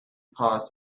paused